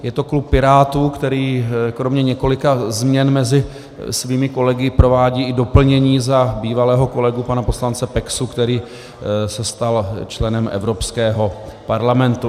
Je to klub Pirátů, který kromě několika změn mezi svými kolegy provádí i doplnění za bývalého kolegu pana poslance Peksu, který se stal členem Evropského parlamentu.